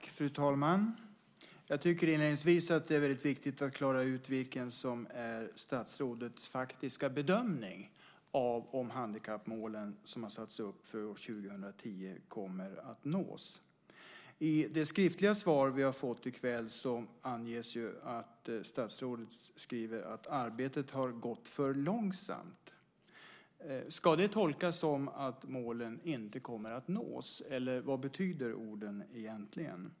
Fru talman! Jag tycker inledningsvis att det är väldigt viktigt att klara ut vilken som är statsrådets faktiska bedömning av om de handikappmål som har satts upp för år 2010 kommer att nås. I det skriftliga svar vi har fått i kväll skriver statsrådet att "arbetet har gått för långsamt". Ska det tolkas som att målen inte kommer att nås, eller vad betyder orden egentligen?